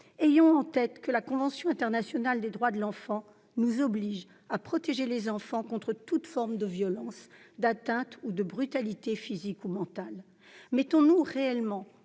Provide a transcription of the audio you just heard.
Ayons en tête que la Convention internationale des droits de l'enfant (CIDE) nous oblige à protéger les enfants contre toute forme de violence, d'atteinte ou de brutalité physique ou mentale. Mettons-nous réellement